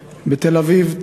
בתל-אביב,